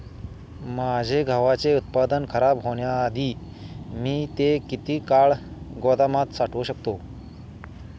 माझे गव्हाचे उत्पादन खराब होण्याआधी मी ते किती काळ गोदामात साठवू शकतो?